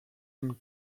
une